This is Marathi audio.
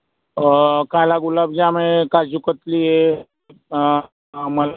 काला गुलाबजामे काजूकथलीये मलाई पेढा आहे